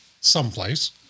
someplace